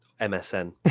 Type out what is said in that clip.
MSN